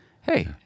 hey